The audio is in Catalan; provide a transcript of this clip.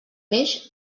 peix